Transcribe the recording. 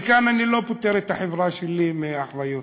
וכאן אני לא פוטר את החברה שלי מאחריות,